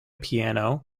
piano